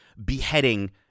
Beheading